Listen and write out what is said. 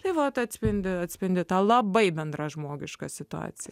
taip pat atspindi atspindi tą labai bendražmogišką situaciją